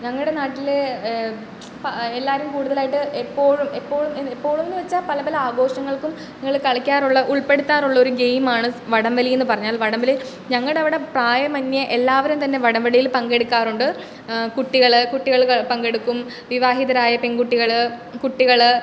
ഞങ്ങളുടെ നാട്ടിൽ ഇപ്പം എല്ലാവരും കൂടുതലായിട്ട് എപ്പോഴും എപ്പോഴും എപ്പോഴുമെന്ന് വെച്ചാൽ പല പല ആഘോഷങ്ങൾക്കും നിങ്ങൾ കളിക്കാറുള്ള ഉൾപ്പെടുത്താറുള്ള ഒരു ഗെയിമാണ് സ് വടം വലി എന്ന് പറഞ്ഞാൽ വടം വലി ഞങ്ങളുടെ അവിടെ പ്രായം അന്യേ എല്ലാവരും തന്നെ വടം വലിയിൽ പങ്കെടുക്കാറുണ്ട് കുട്ടികൾ കുട്ടികൾ പങ്കെടുക്കും വിവാഹിതരായ പെൺകുട്ടികൾ കുട്ടികൾ